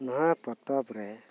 ᱱᱚᱶᱟ ᱯᱚᱛᱚᱵ ᱨᱮ